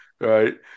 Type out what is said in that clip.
Right